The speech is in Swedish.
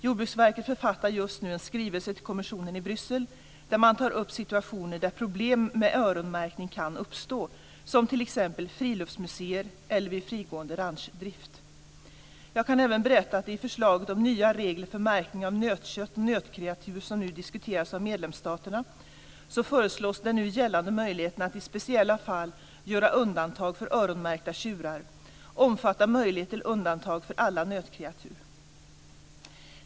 Jordbruksverket författar just nu en skrivelse till kommissionen i Bryssel där man tar upp situationer där problem med öronmärkning kan uppstå, som t.ex. friluftsmuseer eller vid frigående ranchdrift. Jag kan även berätta att i det förslag om nya regler för märkning av nötkött och nötkreatur som nu diskuteras av medlemsstaterna så föreslås den nu gällande möjligheten att i speciella fall göra undantag för öronmärkta tjurar omfatta möjlighet till undantag för alla nötkreatur.